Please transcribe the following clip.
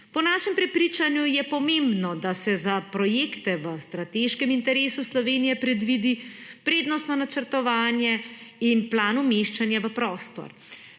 Po našem prepričanju je pomembno, da se za projekte v strateškem interesu Slovenije predvidi prednostno načrtovanje in plan umeščanja v prostor.